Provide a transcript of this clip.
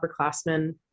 upperclassmen